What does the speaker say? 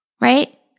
right